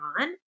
on